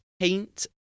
paint